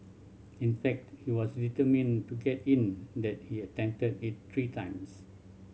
in fact he was determined to get in that he attempted it three times